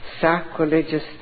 sacrilegious